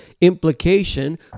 implication